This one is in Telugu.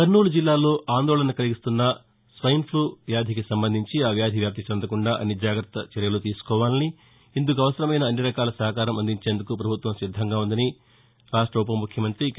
కర్నూలు జిల్లాలో ఆందోళన కలిగిస్తున్న స్వైన్ ఫ్లా వ్యాధికి సంబంధించి ఆ వ్యాధి వ్యాప్తి చెందకుండా అన్ని జాగ్రత్త చర్యలు తీసుకోవాలని ఇందుకు అవసరమైన అన్ని రకాల సహకారం అందించేందుకు ప్రభుత్వం సిద్దంగా ఉందని రాష్ట్ర ఉపముఖ్యమంతి కె